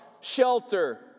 shelter